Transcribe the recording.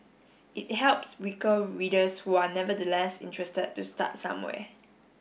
it helps weaker readers who are nevertheless interested to start somewhere